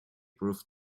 proof